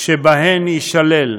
שבהן יישלל.